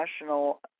national